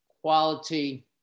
quality